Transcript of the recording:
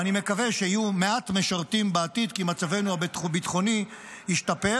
ואני מקווה שיהיו מעט משרתים בעתיד כי מצבנו הביטחוני ישתפר,